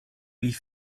wie